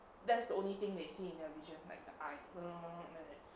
that's the only thing they see in their vision like the eye like that